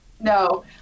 No